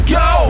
go